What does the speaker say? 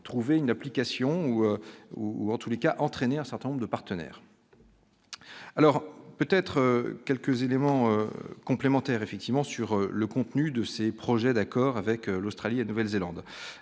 trouver une application ou ou en tous les cas entraîner un certain nombre de partenaires. Alors peut-être quelques éléments complémentaires effectivement sur le contenu de ces projets d'accord avec l'Australie et Nouvelle-Zélande